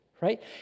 right